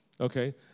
okay